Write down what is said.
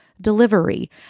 delivery